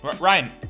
Ryan